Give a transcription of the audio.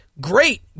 Great